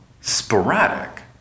sporadic